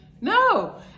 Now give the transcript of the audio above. no